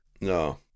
No